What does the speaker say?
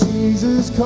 Jesus